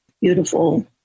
beautiful